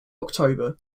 october